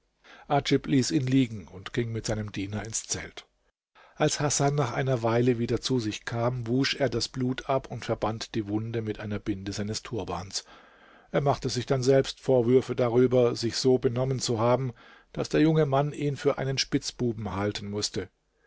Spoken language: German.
ließ ihn liegen und ging mit seinem diener ins zelt als hasan nach einer weile wieder zu sich kam wusch er das blut ab und verband die wunde mit der binde seines turbans er machte sich dann selbst vorwürfe darüber sich so benommen zu haben daß der junge mann ihn für einen spitzbuben halten mußte